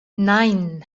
nein